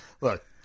Look